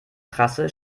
trasse